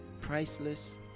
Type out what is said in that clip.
priceless